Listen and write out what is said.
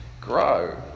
grow